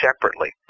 separately